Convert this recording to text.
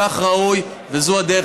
כך ראוי וזו הדרך.